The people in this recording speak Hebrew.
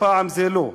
הפעם זה לא.